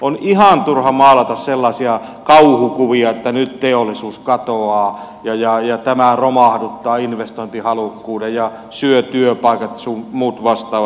on ihan turha maalata sellaisia kauhukuvia että nyt teollisuus katoaa ja tämä romahduttaa investointihalukkuuden ja syö työpaikat sun muut vastaavat